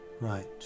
Right